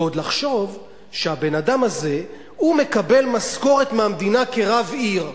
ועוד לחשוב שהבן-אדם הזה מקבל משכורת מהמדינה כרב עיר,